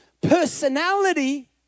personality